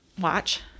watch